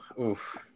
oof